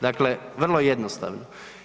Dakle, vrlo jednostavno.